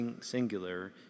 singular